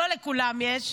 לא לכולם יש.